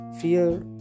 fear